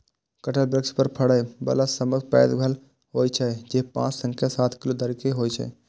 कटहल वृक्ष पर फड़ै बला सबसं पैघ फल होइ छै, जे पांच सं सात किलो धरि के होइ छै